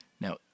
now